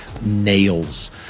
nails